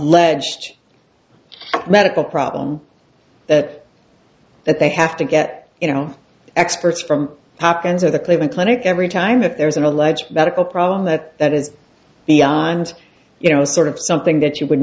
ged medical problem that that they have to get you know experts from happens or the cleveland clinic every time that there's an alleged medical problem that that is beyond you know sort of something that you would